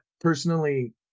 personally